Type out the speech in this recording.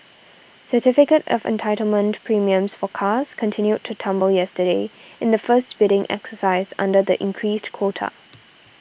certificate of Entitlement premiums for cars continued to tumble yesterday in the first bidding exercise under the increased quota